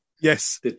Yes